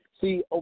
See